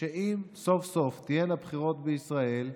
שאם סוף-סוף תהיינה בחירות בישראל,